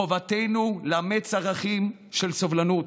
חובתנו לאמץ ערכים של סובלנות,